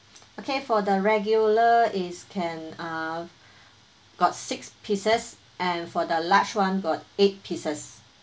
okay for the regular is can uh got six pieces and for the large one got eight pieces